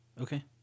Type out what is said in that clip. Okay